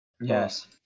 Yes